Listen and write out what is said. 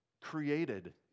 created